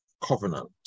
covenant